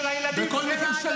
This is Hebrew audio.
של הילדים שלנו,